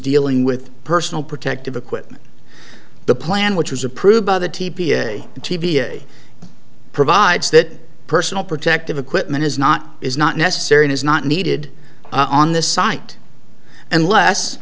dealing with personal protective equipment the plan which was approved by the t p a t v provides that personal protective equipment is not is not necessary it is not needed on this site unless